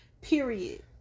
Period